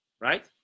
Right